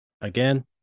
again